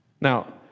Now